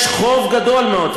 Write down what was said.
יש חוב גדול מאוד,